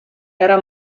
era